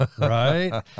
Right